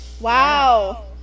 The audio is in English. Wow